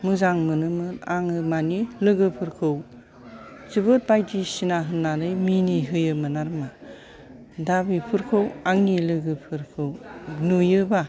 मोजां मोनोमोन आङो मानि लोगोफोरखौ जोबोद बायदिसिना होननानै मिनिहोयोमोन आरोमा दा बेफोरखौ आंनि लोगोफोरखौ नुयोबा